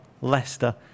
Leicester